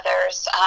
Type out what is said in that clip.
others